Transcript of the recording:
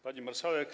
Pani Marszałek!